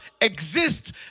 exist